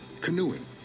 canoeing